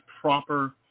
proper